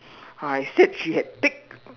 I said she had thick